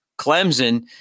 Clemson